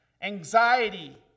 Anxiety